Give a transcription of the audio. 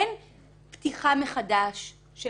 אין פתיחה מחדש של